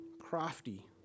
crafty